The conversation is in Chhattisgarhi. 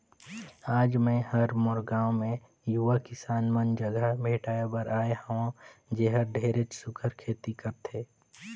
आज मैं हर मोर गांव मे यूवा किसान मन जघा भेंटाय बर आये हंव जेहर ढेरेच सुग्घर खेती करथे